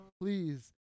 please